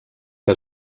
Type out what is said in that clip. que